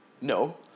No